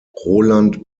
roland